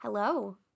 Hello